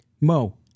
Mo